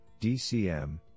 DCM